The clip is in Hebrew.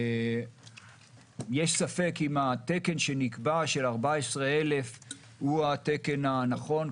יש ספק אם התקן שנקבע של 14,000 הוא התקן הנכון.